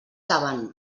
saben